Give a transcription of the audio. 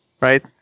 right